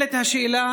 ונשאלת השאלה: